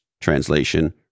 translation